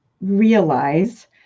realize